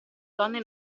donne